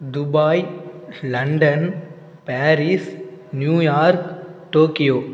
Dubai London Paris New York Tokyo